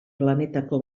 planetako